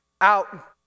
out